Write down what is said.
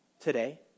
today